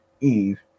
Eve